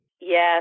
Yes